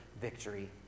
victory